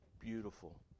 beautiful